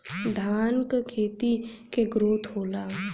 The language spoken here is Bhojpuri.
धान का खेती के ग्रोथ होला?